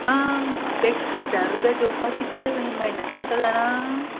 आं तेका हजार रुपया जोडपाक कितले मय म्हयनत लागता जाणां